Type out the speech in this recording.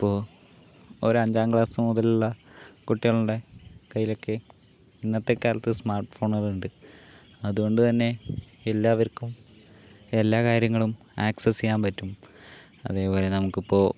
അത് ഇപ്പോൾ ഒരഞ്ചാം ക്ലാസ് മുതലുള്ള കുട്ടികളുടെ കയ്യിലൊക്കേ ഇന്നത്തെ കാലത്ത് സ്മാർട്ട് ഫോണുകളുണ്ട് അതുകൊണ്ടുതന്നെ എല്ലാവർക്കും എല്ലാ കാര്യങ്ങളും ആക്സസ് ചെയ്യാൻ പറ്റും അതേപോലെ നമുക്കിപ്പോൾ